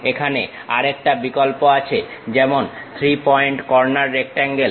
এখানে আরেকটা বিকল্প আছে যেমন 3 পয়েন্ট কর্নার রেক্টাঙ্গেল